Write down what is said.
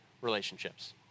relationships